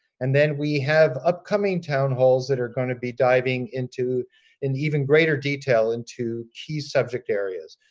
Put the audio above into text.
and then we have upcoming town halls that are going to be diving into an even greater detail into key subject areas.